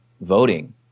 voting